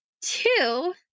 Two